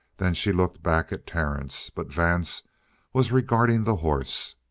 then she looked back at terence. but vance was regarding the horse.